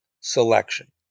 selection